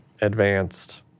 Advanced